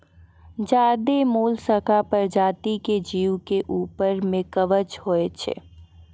ज्यादे मोलसका परजाती के जीव के ऊपर में कवच होय छै